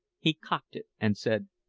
he cocked it and said,